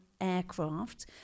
aircraft